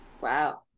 wow